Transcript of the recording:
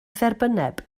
dderbynneb